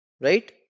Right